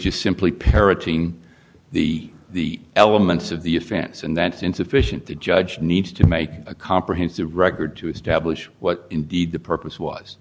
just simply parroting the the elements of the offense and that's insufficient the judge needs to make a comprehensive record to establish what indeed the purpose was